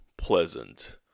pleasant